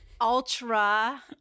ultra